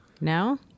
No